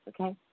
okay